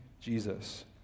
jesus